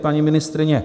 Paní ministryně?